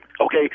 okay